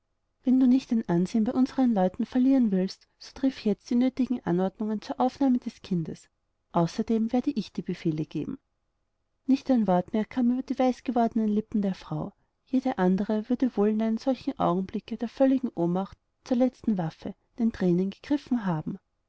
wenn du nicht dein ansehen bei unseren leuten verlieren willst so triff jetzt die nötigen anordnungen zur aufnahme des kindes außerdem werde ich die befehle geben nicht ein wort mehr kam über die weißgewordenen lippen der frau jede andere würde wohl in einem solchen augenblicke der völligen ohnmacht zu der letzten waffe den thränen gegriffen haben